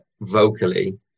vocally